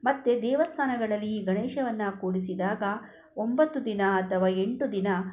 ಮತ್ತು ದೇವಸ್ಥಾನಗಳಲ್ಲಿ ಈ ಗಣೇಶನನ್ನ ಕೂಡಿಸಿದಾಗ ಒಂಬತ್ತು ದಿನ ಅಥವಾ ಎಂಟು ದಿನ